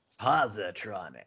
Positronic